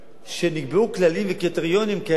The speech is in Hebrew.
שנקבעו כללים וקריטריונים כאלה